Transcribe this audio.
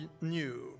new